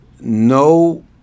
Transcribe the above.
no